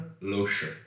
lotion